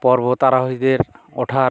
পর্বতারোহীদের ওঠার